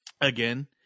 Again